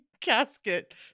casket